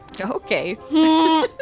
Okay